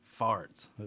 farts